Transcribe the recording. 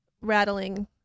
rattling